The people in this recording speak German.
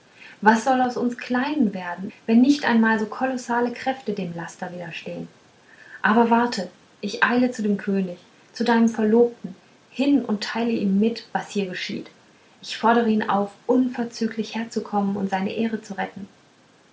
was soll aus uns kleinen werden wenn nicht einmal so kolossale kräfte dem laster widerstehen aber warte ich eile zu dem könig zu deinem verlobten hin und teile ihm mit was hier geschieht ich fordere ihn auf unverzüglich herzukommen und seine ehre zu retten